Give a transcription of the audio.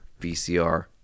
VCR